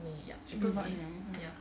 april march may